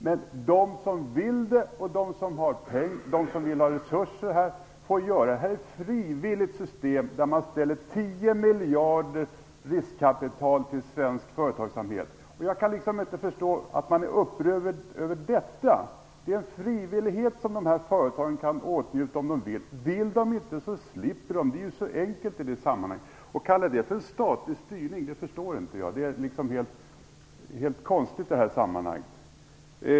Med de som vill det och de som vill ha resurser kan bli det. Detta är ett frivilligt system där man ställer ett riskkapital på 10 miljarder till förfogande för svensk företagsamhet. Jag kan inte förstå att man är upprörd över detta. Det är frivilligt för de här företagen att komma i åtnjutande av detta. Vill de inte, så slipper de - så enkelt är det. Jag förstår inte att man kallar det för en statlig styrning. Det låter konstigt i sammanhanget.